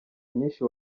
nyinshi